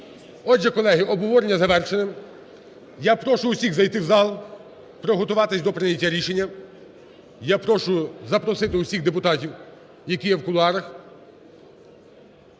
Отже, колеги, обговорення завершене. Я прошу усіх зайти в зал, приготуватись до прийняття рішення. Я прошу запросити усіх депутатів, які є в кулуарах.